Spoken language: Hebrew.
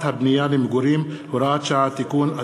הבנייה למגורים (הוראת שעה) (תיקון),